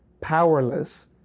powerless